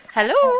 Hello